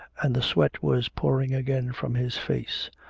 and the sweat was pouring again from his face,